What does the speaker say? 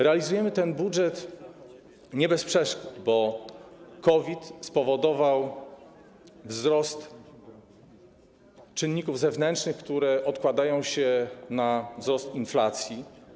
Realizujemy ten budżet nie bez przeszkód, bo COVID spowodował wzrost czynników zewnętrznych, które przekładają się na wzrost inflacji.